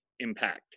impact